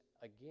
again